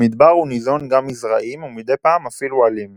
במדבר הוא ניזון גם מזרעים, ומדי פעם אפילו עלים.